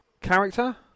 character